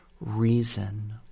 reason